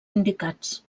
indicats